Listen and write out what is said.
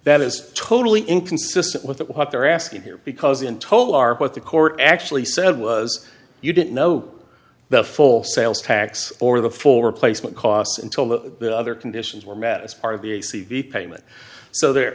that is totally inconsistent with what they're asking here because in total are what the court actually said was you didn't know the full sales tax or the full replacement cost until the other conditions were met as part of the a c v payment so they're